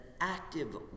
active